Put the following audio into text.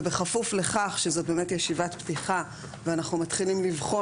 ובכפוף לכך שזאת באמת ישיבת פתיחה ואנחנו מתחילים לבחון